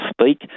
speak